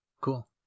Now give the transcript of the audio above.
Cool